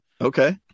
Okay